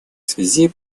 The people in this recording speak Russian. связи